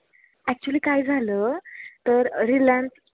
actually काय झालं तर रिलायन्स